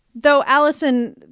though, allison,